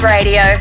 Radio